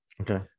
okay